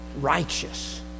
righteous